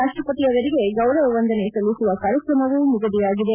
ರಾಷ್ಮಪತಿಯವರಿಗೆ ಗೌರವ ವಂದನೆ ಸಲ್ಲಿಸುವ ಕಾರ್ಯಕ್ರಮವು ನಿಗದಿಯಾಗಿದೆ